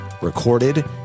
recorded